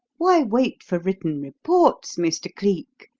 why wait for written reports, mr. cleek?